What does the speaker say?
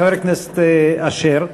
חבר הכנסת אשר,